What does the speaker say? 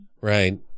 right